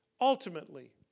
Ultimately